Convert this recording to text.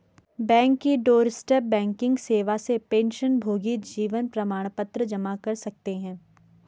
bank की doorstep banking सेवा से पेंशनभोगी जीवन प्रमाण पत्र जमा कर सकते हैं